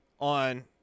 on